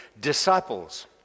disciples